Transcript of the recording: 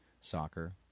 soccer